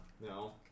No